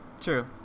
True